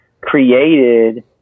created